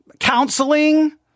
Counseling